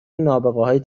نابغههای